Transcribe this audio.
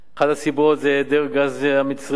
אחת הסיבות זה היעדר גז מצרי.